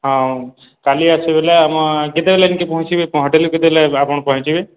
ହଁ କାଲି ଆସିବେ ଆପଣ୍ କେତେବେଳେ ଇନ୍କେ ପହଞ୍ଚିବେ ବେଲେ ହଟେଲ୍କୁ କେତେବେଲେ ଆପଣ୍ ପହଞ୍ଚିବେ